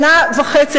שנה וחצי,